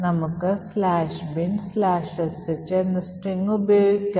നമുക്ക് "binsh" എന്ന സ്ട്രിംഗും ഉപയോഗിക്കാം